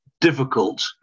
difficult